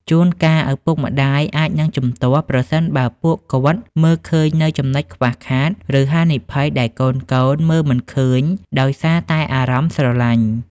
ជួនកាលឪពុកម្ដាយអាចនឹងជំទាស់ ប្រសិនបើពួកគាត់មើលឃើញនូវចំណុចខ្វះខាត ឬហានិភ័យដែលកូនៗមើលមិនឃើញដោយសារតែអារម្មណ៍ស្រឡាញ់។